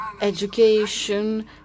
education